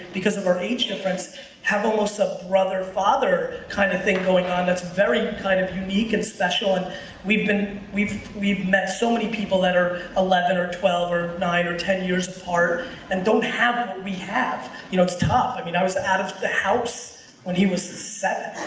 because of our age difference have almost a brother father kind of thing going on. that's very kind of unique and special. and we've been, we've we've met so many people that are eleven or twelve or nine or ten years apart and don't have what we have. you know, it's tough. i mean, i was out of the house when he was seven,